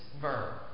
verb